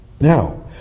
Now